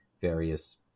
various